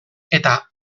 eta